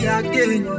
again